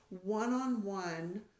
one-on-one